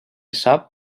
sap